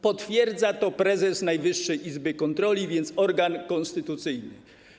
Potwierdza to prezes Najwyższej Izby Kontroli, więc organ konstytucyjny.